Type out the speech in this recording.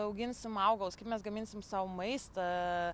auginsim augalus kaip mes gaminsim sau maistą